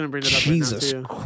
jesus